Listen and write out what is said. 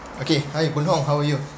okay hi woon hong how are you